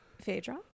Phaedra